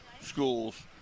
schools